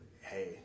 hey